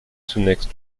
zunächst